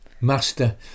master